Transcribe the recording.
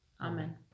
Amen